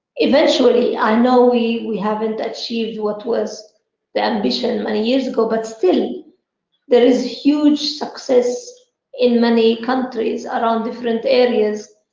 eventually i know we we haven't achieved what was the ambition many years ago, but still there is huge success in many countries around different areas.